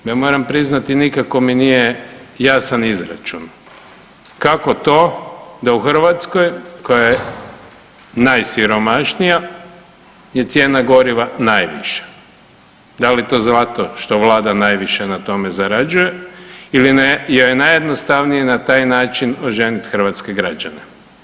Ja moram priznati nikako mi nije jasan izračun, kako to da u Hrvatskoj koja je najsiromašnija je cijena goriva najviša, da li to zato što vlada najviše na tome zarađuje ili je najjednostavnije na taj način oženit hrvatske građane?